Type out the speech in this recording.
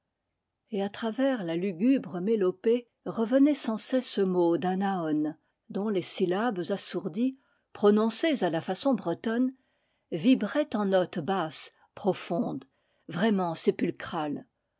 et à travers la lugubre mélopée revenait sans cesse ce mot d'anaôn dont les syllabes assourdies prononcées à la façon bretonne vibraient en notes basses profondes vraiment sépulcrales